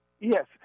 Yes